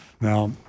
Now